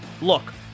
Look